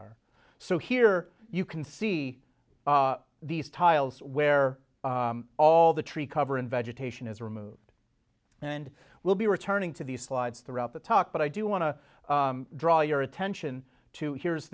lidar so here you can see these tiles where all the tree cover in vegetation is removed and will be returning to these slides throughout the talk but i do want to draw your attention to here's